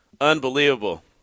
unbelievable